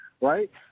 Right